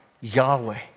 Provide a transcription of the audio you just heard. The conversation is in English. Yahweh